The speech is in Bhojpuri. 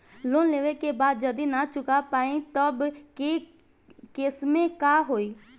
लोन लेवे के बाद जड़ी ना चुका पाएं तब के केसमे का होई?